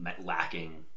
lacking